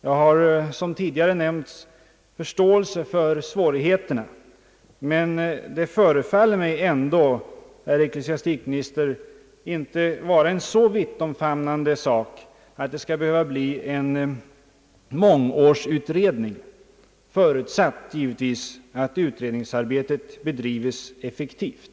Jag har som nämnts förståelse för svårigheterna, men det förefaller mig ändå, herr ecklesiastikminister, inte vara en så vittomfamnande sak att det skall behöva bli en mångårig utredning i frågan, givetvis förutsatt att utredningsarbetet bedrives effektivt.